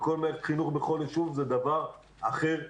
וכל מערכת חינוך בכל יישוב זה דבר אחר לגמרי.